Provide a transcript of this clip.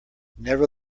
never